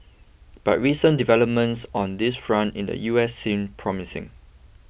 but recent developments on this front in the US seem promising